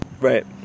Right